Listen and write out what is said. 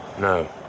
No